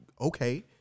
okay